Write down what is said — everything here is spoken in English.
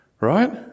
Right